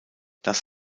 das